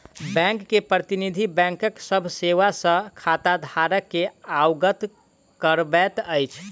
bank के प्रतिनिधि, बैंकक सभ सेवा सॅ खाताधारक के अवगत करबैत अछि